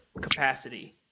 capacity